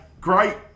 great